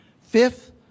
Fifth